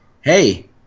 hey